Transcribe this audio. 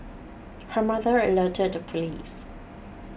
her mother alerted the police